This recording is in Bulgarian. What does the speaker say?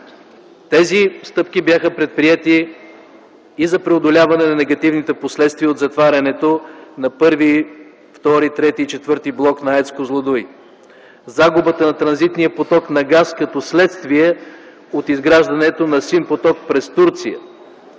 Тези стъпки бяха предприети и за преодоляване на негативните последствия от затварянето на І, ІІ, ІІІ и ІV блок на АЕЦ „Козлодуй”, загубата на транзитния поток на газ като следствие от изграждането на „Син поток” през Турция